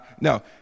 No